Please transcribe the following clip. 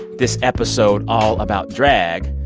this episode all about drag,